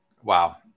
Wow